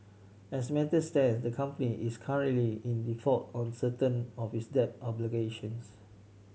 as matters stand the company is currently in default on certain of its debt obligations